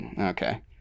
okay